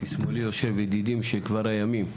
משמאלי יושב, ידידי משכבר הימים,